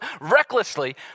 recklessly